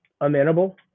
amenable